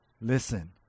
listen